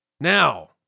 Now